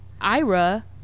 Ira